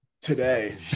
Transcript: today